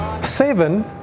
Seven